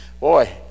boy